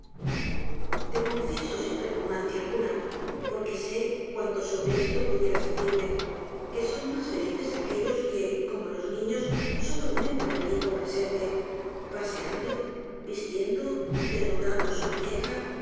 te confieso sin repugnancia alguna porque sé cuanto sobre esto pudieras decirme que son mas felices aquellos que como los niños solo viven para el tiempo presente paseando vistiendo desnudando su muñeca